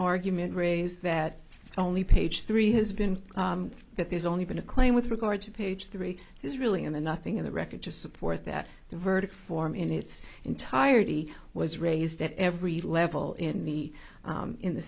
argument raised that only page three has been that there's only been a claim with regard to page three is really in the nothing in the record to support that the verdict form in its entirety was raised at every level in the in the